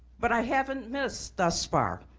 but i haven't missed thus far.